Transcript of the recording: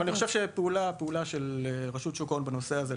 אבל אני חושב שהפעולה של רשות שוק ההון בנושא הזה,